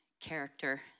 character